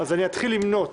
למנות